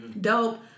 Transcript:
dope